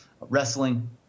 wrestling